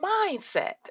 mindset